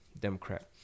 Democrat